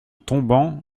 tombant